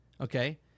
okay